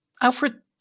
Alfred